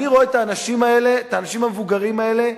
אני רואה את האנשים המבוגרים האלה,